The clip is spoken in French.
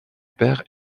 père